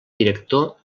director